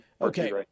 okay